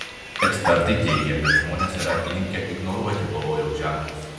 ekspertai teigia kad žmonės yra linkę ignoruoti pavojaus ženklus